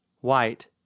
White